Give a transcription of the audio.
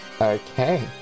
okay